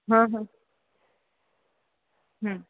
हां हां